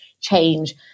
change